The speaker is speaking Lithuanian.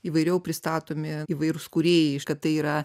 įvairiau pristatomi įvairūs kūrėjai ir kad tai yra